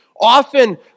Often